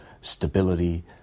stability